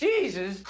Jesus